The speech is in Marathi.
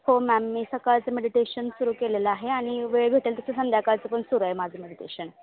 हो मॅम मी सकाळचं मेडिटेशन सुरू केलेलं आहे आणि वेळ भेटेल तसं संध्याकाळचं पण सुरू आहे माझं मेडिटेशन